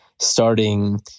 starting